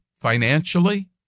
financially